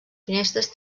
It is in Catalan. finestres